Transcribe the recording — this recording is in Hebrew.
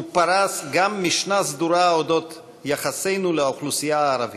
הוא פרס גם משנה סדורה בדבר יחסנו לאוכלוסייה הערבית.